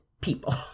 people